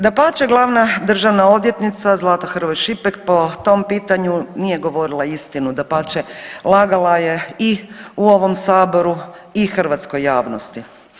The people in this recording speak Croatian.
Dapače, glavna državna odvjetnica Zlata Hrvoj Šipek po tom pitanju nije govorila istinu, dapače lagala je i u ovom saboru i hrvatskoj javnosti.